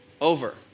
over